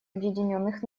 объединенных